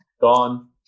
gone